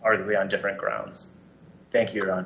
they on different grounds thank you